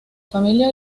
familia